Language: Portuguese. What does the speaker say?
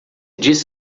disse